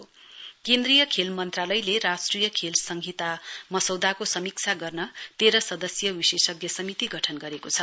sports committee केन्द्रीय खेल मन्त्रालयले राष्ट्रिय खेल संहिता मसौदाको समीक्षा गर्न तेह्र सदस्यीय विशेष समिति गठन गरेको छ